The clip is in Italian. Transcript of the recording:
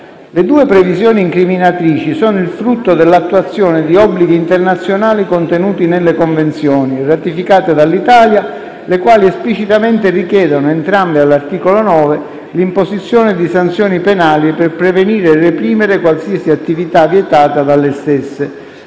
Le due previsioni incriminatrici sono il frutto dell'attuazione di obblighi internazionali contenuti nelle Convenzioni, ratificate dall'Italia, le quali esplicitamente richiedono, entrambe all'art. 9, l'imposizione di sanzioni penali per prevenire e reprimere qualsiasi attività vietata dalle stesse.